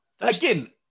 Again